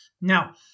Now